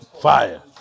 Fire